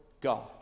God